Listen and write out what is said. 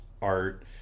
art